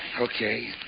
Okay